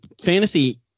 fantasy